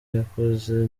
yakoze